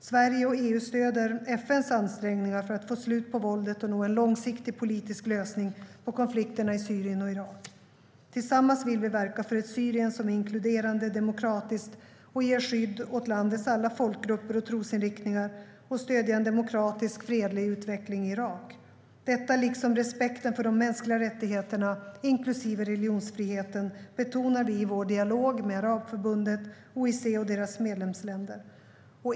Sverige och EU stöder FN:s ansträngningar för att få ett slut på våldet och nå en långsiktig politisk lösning på konflikterna i Syrien och Irak. Tillsammans vill vi verka för ett Syrien som är inkluderande och demokratiskt och ger skydd åt landets alla folkgrupper och trosinriktningar och stödja en demokratisk, fredlig utveckling i Irak. Detta liksom respekten för de mänskliga rättigheterna, inklusive religionsfriheten, betonar vi i vår dialog med Arabförbundet, OIC och deras medlemsländer.